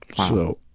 so,